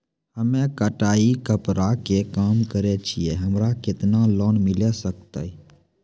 हम्मे कढ़ाई कपड़ा के काम करे छियै, हमरा केतना लोन मिले सकते?